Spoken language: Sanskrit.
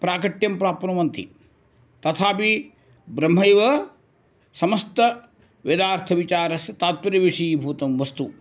प्राकट्यं प्राप्नुवन्ति तथापि ब्रह्मैव समस्तवेदार्थविचारस्य तात्पर्यविषयीभूतं वस्तु